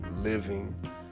living